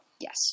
Yes